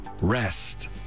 rest